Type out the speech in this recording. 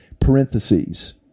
parentheses